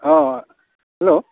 अ हेल'